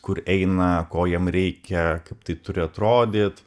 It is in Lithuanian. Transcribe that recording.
kur eina ko jiem reikia kaip tai turi atrodyt